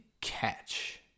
catch